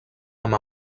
amb